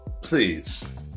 Please